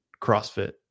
CrossFit